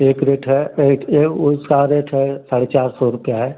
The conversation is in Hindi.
एक रेट है एक ए ऊ उसका रेट है साढ़े चार सौ रुपये है